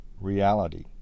reality